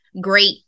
Great